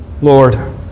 Lord